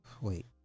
Wait